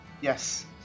Yes